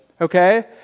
okay